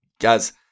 guys